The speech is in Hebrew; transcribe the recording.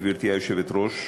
גברתי היושבת-ראש,